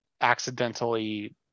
accidentally